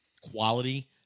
quality